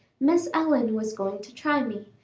miss ellen was going to try me,